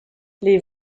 les